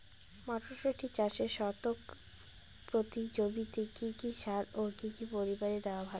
মটরশুটি চাষে শতক প্রতি জমিতে কী কী সার ও কী পরিমাণে দেওয়া ভালো?